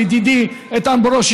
לידידי איתן ברושי,